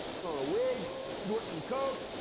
put on a wig, snort some coke.